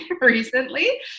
recently